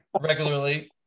regularly